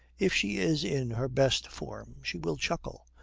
if she is in her best form she will chuckle,